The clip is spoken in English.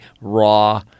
raw